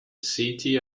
city